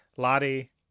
Lottie